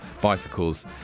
bicycles